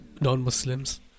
non-Muslims